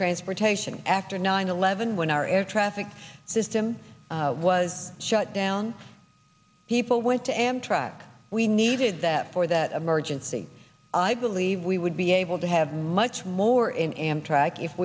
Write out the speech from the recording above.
transportation after nine eleven when our air traffic system was shut down people went to amtrak we needed that for that emergency i believe we would be able to have much more in amtrak if